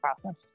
process